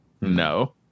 No